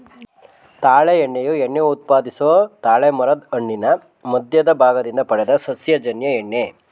ತಾಳೆ ಎಣ್ಣೆಯು ಎಣ್ಣೆ ಉತ್ಪಾದಿಸೊ ತಾಳೆಮರದ್ ಹಣ್ಣಿನ ಮಧ್ಯದ ಭಾಗದಿಂದ ಪಡೆದ ಸಸ್ಯಜನ್ಯ ಎಣ್ಣೆ